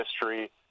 history